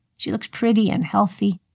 she looks pretty and healthy.